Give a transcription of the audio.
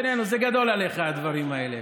בינינו, זה גדול עליך, הדברים האלה.